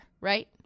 right